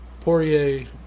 Poirier